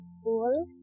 school